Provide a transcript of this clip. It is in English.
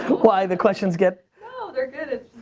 why, the questions get no, they're good, it's